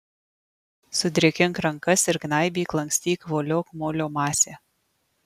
sudrėkink rankas ir gnaibyk lankstyk voliok molio masę